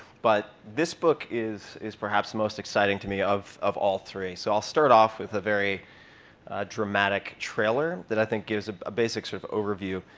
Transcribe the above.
but this book is is perhaps the most exciting to me of of all three. so i'll start off with a very dramatic trailer that i think gives a basic sort of overview.